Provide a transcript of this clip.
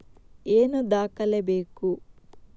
ಏನು ದಾಖಲೆ ಬೇಕು?